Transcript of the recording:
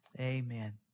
Amen